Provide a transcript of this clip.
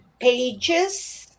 pages